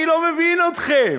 אני לא מבין אתכם.